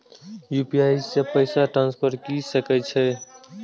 UPI से पैसा transfer की सके छी?